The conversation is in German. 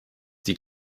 die